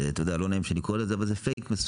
אתה יודע לא נעים שאני קורא לזה אבל זה fake מסוים.